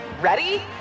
Ready